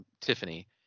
Tiffany